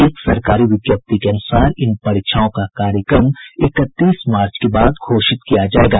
एक सरकारी विज्ञप्ति के अनुसार इन परीक्षाओं का कार्यक्रम इकतीस मार्च के बाद घोषित किया जाएगा